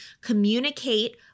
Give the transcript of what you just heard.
Communicate